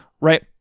Right